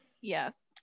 Yes